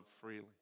freely